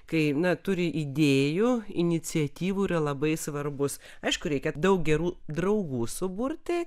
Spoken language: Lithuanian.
kai na turi idėjų iniciatyvų yra labai svarbus aišku reikia daug gerų draugų suburti